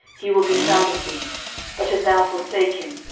he will be found of thee but if thou forsake him,